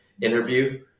interview